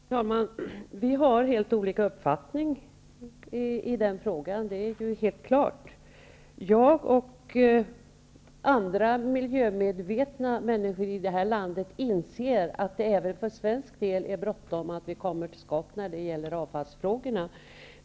Herr talman! Att vi har helt olika uppfattning i frågan om det brådskar eller inte är helt klart. Jag och andra miljömedvetna människor i det här landet inser att det även för svensk del är bråttom att komma till skott när det gäller avfallsfrågorna.